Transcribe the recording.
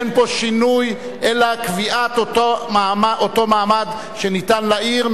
אין פה שינוי אלא קביעת אותו מעמד שניתן לעיר,